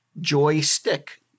Joystick